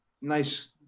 nice